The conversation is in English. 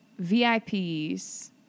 VIPs